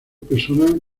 persona